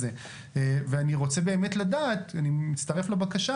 אני רוצה באמת לדעת ואני מצטרף לבקשה,